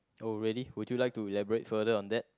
oh really would you like to elaborate further on that